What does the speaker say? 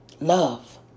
Love